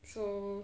so